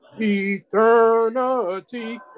eternity